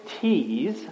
T's